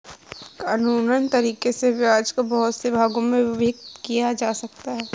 कानूनन तरीकों से ब्याज को बहुत से भागों में विभक्त किया जा सकता है